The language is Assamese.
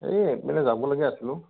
এই এইপিনে যাবলগীয়া আছিল অ'